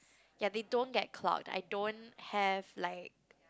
ya they don't get clogged I don't have like